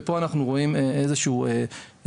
ופה אנחנו רואים פער מסוים,